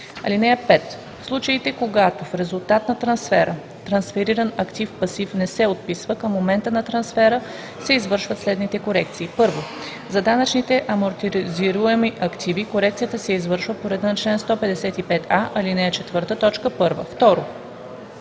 актив. (5) В случаите, когато в резултат на трансфера трансфериран актив/пасив не се отписва, към момента на трансфера се извършат следните корекции: 1. за данъчните амортизируеми активи – корекцията се извършва по реда на чл. 155а, ал. 4, т.